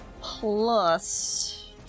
plus